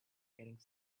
getting